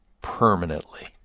permanently